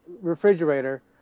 refrigerator